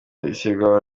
ishyirwaho